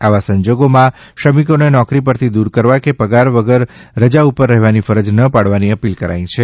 આવા સંજોગોમાં શ્રમિકોને નોકરી પરથી દૂર કરવા કે પગાર વગર રજા ઉપર રહેવાની ફરજ ન પડવાની અપીલ કરાઇ છે